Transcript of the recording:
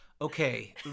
okay